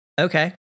Okay